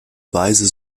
weise